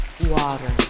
water